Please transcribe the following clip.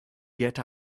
get